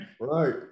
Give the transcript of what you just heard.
right